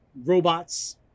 robots